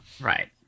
Right